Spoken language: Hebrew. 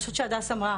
אני חושבת שהדס אמרה,